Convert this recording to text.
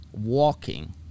walking